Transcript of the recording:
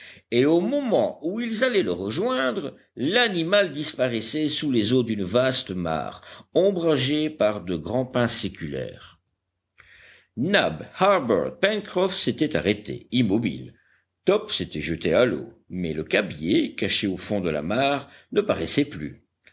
et au moment où ils allaient le rejoindre l'animal disparaissait sous les eaux d'une vaste mare ombragée par de grands pins séculaires nab harbert pencroff s'étaient arrêtés immobiles top s'était jeté à l'eau mais le cabiai caché au fond de la mare ne paraissait plus